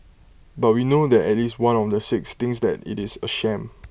but we know that at least one of the six thinks that IT is A sham